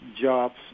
jobs